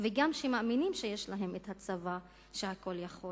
וגם שמאמינים שיש להם צבא שהכול יכול,